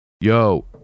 yo